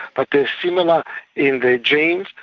but they are similar in their genes,